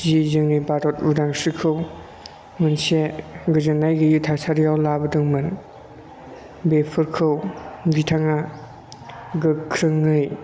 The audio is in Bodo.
जि जोंनि भारत उदांस्रिखौ मोनसे गोजोननाय गैयै थासारिआव लाबोदोंमोन बेफोरखौ बिथाङा गोख्रोङै